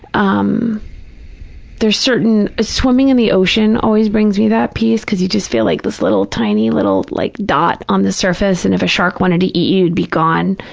um there's certain, swimming in the ocean always brings me that peace, because you just feel like this little tiny little like dot on the surface, and if a shark wanted to eat you, you'd be gone,